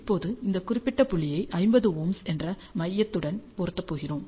இப்போது இந்த குறிப்பிட்ட புள்ளியை 50Ω என்ற மையத்துடன் பொருத்தப் போகிறோம்